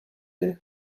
city